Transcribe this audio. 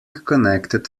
connected